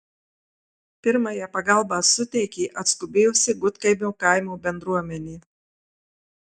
pirmąją pagalbą suteikė atskubėjusi gudkaimio kaimo bendruomenė